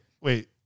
wait